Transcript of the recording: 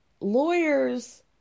lawyers